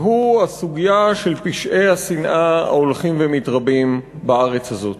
והוא הסוגיה של פשעי השנאה ההולכים ומתרבים בארץ הזאת.